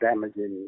damaging